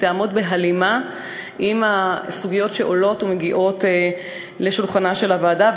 שיעמוד בהלימה עם הסוגיות שעולות ומגיעות לשולחנה של הוועדה,